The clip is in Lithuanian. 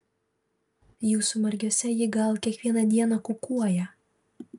jūsų margiuose ji gal kiekvieną dieną kukuoja